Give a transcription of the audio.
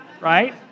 right